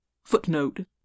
Footnote